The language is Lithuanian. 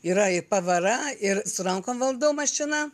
yra ir pavara ir su rankom valdau mašiną